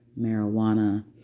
marijuana